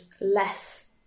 less